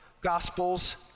Gospels